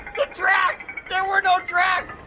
the tracks! there were no tracks!